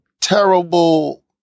terrible